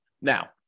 Now